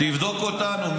תבדוק אותנו.